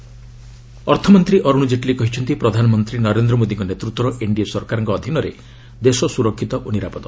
Jaitley Facebook post ଅର୍ଥମନ୍ତୀ ଅରୁଣ ଜେଟ୍ଲୀ କହିଛନ୍ତି ପ୍ରଧାନମନ୍ତ୍ରୀ ନରେନ୍ଦ୍ର ମୋଦିଙ୍କ ନେତୃତ୍ୱର ଏନ୍ଡିଏ ସରକାରଙ୍କ ଅଧୀନରେ ଦେଶ ସ୍ରରକ୍ଷିତ ଓ ନିରାପଦ